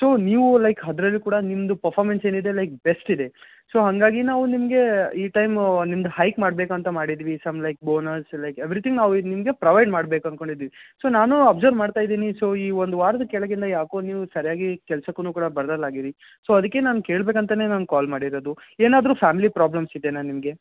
so ನೀವು like ಅದ್ರಲ್ಲೂ ಕೂಡ ನಿಮ್ದು ಪರ್ಫಾರ್ಮೆನ್ಸ್ ಏನಿದೆ ಲೈಕ್ ಬೆಸ್ಟಿದೆ ಸೊ ಹಾಗಾಗಿ ನಾವು ನಿಮಗೆ ಈ ಟೈಮ್ ನಿಮ್ಮದು ಹೈಕ್ ಮಾಡಬೇಕು ಅಂತ ಮಾಡಿದ್ದೀವಿ some like bonus like everything ನಾವು ನಿಮಗೆ ಪ್ರೊವೈಡ್ ಮಾಡ್ಬೇಕು ಅಂದ್ಕೊಂಡಿದ್ದೀವಿ ಸೊ ನಾನು ಒಬ್ಸರ್ವ್ ಮಾಡ್ತಾಯಿದ್ದೀನಿ ಸೊ ಈ ಒಂದು ವಾರದ ಕೆಳಗಿಂದ ಏಕೋ ನೀವು ಸರಿಯಾಗಿ ಕೆಲ್ಸಕ್ಕೂನು ಕೂಡ ಬರದಾರ್ಲಾಗಿರಿ ಸೊ ಅದಕ್ಕೆ ನಾನು ಕೇಳ್ಬೇಕು ಅಂತಲೇ ನಾನು ಕಾಲ್ ಮಾಡಿರೋದು ಏನಾದರೂ ಫ್ಯಾಮ್ಲಿ ಪ್ರಾಬ್ಲಮ್ಸ್ ಇದೆಯಾ ನಿಮಗೆ